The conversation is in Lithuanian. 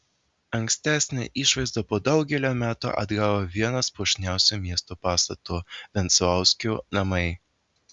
ankstesnę išvaizdą po daugelio metų atgavo vienas puošniausių miesto pastatų venclauskių namai